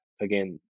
Again